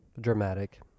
dramatic